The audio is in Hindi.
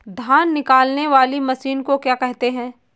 धान निकालने वाली मशीन को क्या कहते हैं?